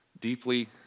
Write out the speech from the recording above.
deeply